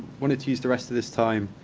wanted to use the rest of this time